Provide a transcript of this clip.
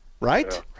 Right